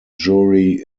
jury